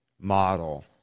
model